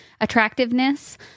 attractiveness